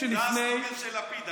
זה הסלוגן של לפיד.